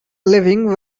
living